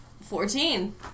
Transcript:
Fourteen